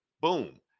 boom